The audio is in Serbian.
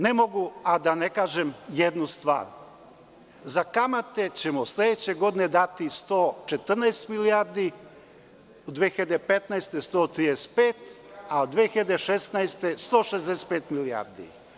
Ne mogu, a da ne kažem jednu stvar - za kamate ćemo sledeće godine dati 114 milijardi, u 2015. godini 135, a u 2016. godini 165 milijardi.